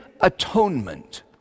atonement